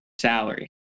salary